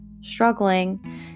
struggling